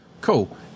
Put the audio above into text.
Cool